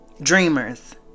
Dreamers